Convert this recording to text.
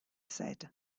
said